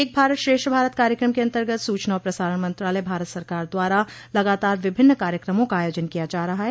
एक भारत श्रेष्ठ भारत कार्यक्रम के अन्तर्गत सूचना और प्रसारण मंत्रालय भारत सरकार द्वारा लगातार विभिन्न कार्यक्रमों का आयोजन किया जा रहा है